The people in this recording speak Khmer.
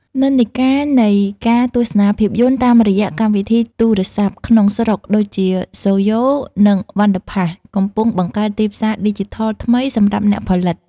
និន្នាការនៃការទស្សនាភាពយន្តតាមរយៈកម្មវិធីទូរស័ព្ទក្នុងស្រុកដូចជា Soyo និង Wonderpass កំពុងបង្កើតទីផ្សារឌីជីថលថ្មីសម្រាប់អ្នកផលិត។